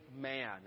man